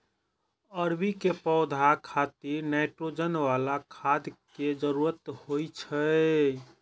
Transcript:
अरबी के पौधा खातिर नाइट्रोजन बला खाद के जरूरत होइ छै